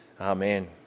Amen